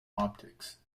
optics